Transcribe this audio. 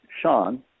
Sean